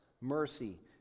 mercy